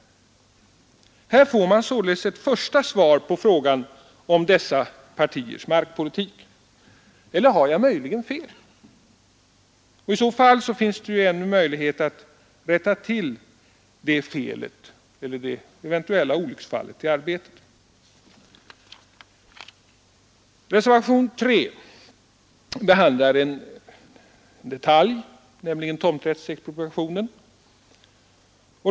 Här får man således ett första svar på frågan om dessa partiers markpolitik. Eller har jag möjligen fel? I så fall finns det ännu möjlighet att rätta till det felet — eller det eventuella olycksfallet i arbetet. Reservationen 3 behandlar en detalj, nämligen tomträttsexpropriationen.